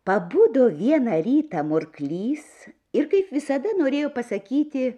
pabudo vieną rytą murklys ir kaip visada norėjo pasakyti